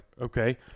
okay